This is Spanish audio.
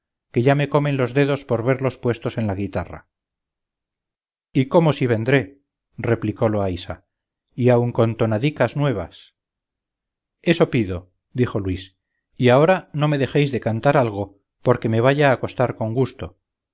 que ya me comen los dedos por verlos puestos en la guitarra y cómo si vendré replicó loaysa y aun con tonadicas nuevas eso pido dijo luis y ahora no me dejéis de cantar algo porque me vaya a acostar con gusto